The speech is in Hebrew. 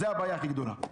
זאת הבעיה הכי גדולה.